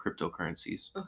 cryptocurrencies